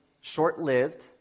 short-lived